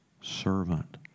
servant